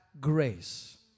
grace